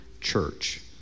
Church